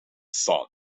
son